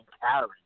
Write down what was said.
carry